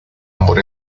amor